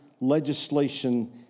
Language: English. legislation